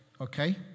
okay